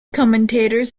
commentators